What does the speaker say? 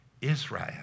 Israel